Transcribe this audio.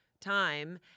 time